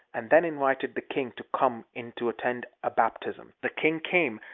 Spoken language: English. and then invited the king to come in to attend a baptism. the king came,